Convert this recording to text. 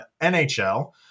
NHL